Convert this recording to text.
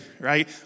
right